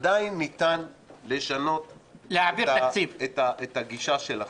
עדיין ניתן לשנות את הגישה שלכם.